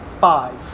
Five